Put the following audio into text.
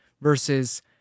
versus